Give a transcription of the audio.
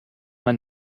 man